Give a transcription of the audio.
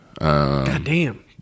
Goddamn